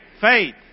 faith